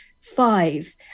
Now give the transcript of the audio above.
five